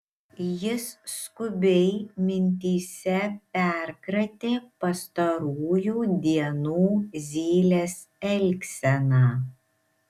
jis skubiai mintyse perkratė pastarųjų dienų zylės elgseną